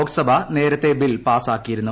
ലോക്സഭ നേരത്തെ ബിൽ പാസ്സാക്കിയിരുന്നു